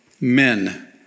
men